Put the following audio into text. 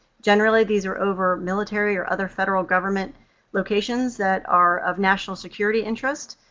generally these are over military or other federal government locations that are of national security interest.